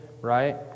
right